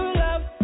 love